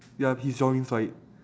ya his jokes right